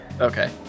Okay